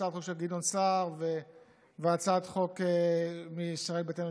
הצעתו של גדעון סער והצעת חוק מישראל ביתנו,